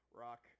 rock